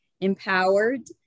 empowered